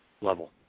level